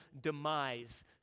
demise